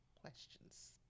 questions